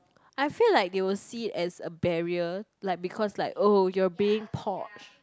I feel like they will see as a barrier like because like oh you're being posh